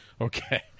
Okay